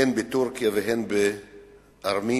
הן בטורקיה והן בארמניה,